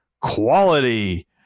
quality